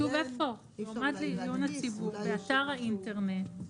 כתוב איפה: יועמד לעיון הציבור באתר האינטרנט.